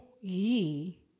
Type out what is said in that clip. ye